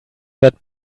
that